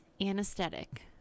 anesthetic